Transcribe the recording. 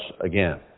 again